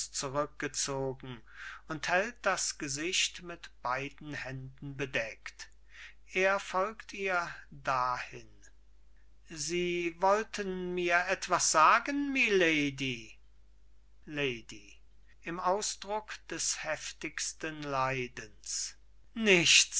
und hält das gesicht mit beiden händen bedeckt er folgt ihr dahin sie wollten mir etwas sagen milady lady